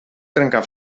trencar